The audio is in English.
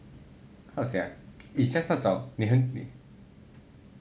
how to say ah it's 那种你很